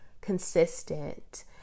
consistent